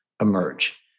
emerge